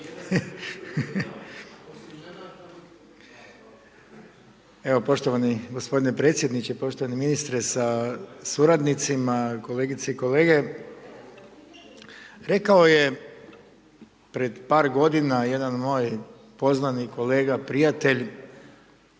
Evo, poštovani gospodine predsjedniče, poštovani ministre sa suradnicima, kolegice i kolege. Rekao je pred par godina jedan moj poznanik, kolega, prijatelj